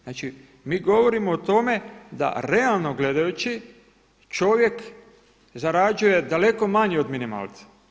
Znači, mi govorimo o tome da realno gledajući čovjek zarađuje daleko manje od minimalca.